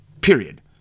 Period